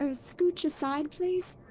ah scooch aside, please?